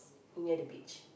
near the beach